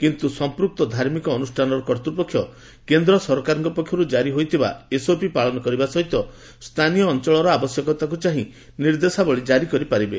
କିନ୍ତୁ ସମ୍ପୂକ୍ତ ଧାର୍ମିକ ଅନୁଷାନର କର୍ତ୍ତପକ୍ଷ କେନ୍ଦ୍ର ସରକାରଙ୍କ ପକ୍ଷରୁ ଜାରି ହୋଇଥିବା ଏସ୍ଓପି ପାଳନ କରିବା ସହିତ ସ୍ଥାନୀୟ ଅଞ୍ଚଳର ଆବଶ୍ୟକତା ଅନୁଯାୟୀ ନିର୍ଦ୍ଦେଶାବଳି ଜାରି କରିପାରିବେ